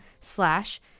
slash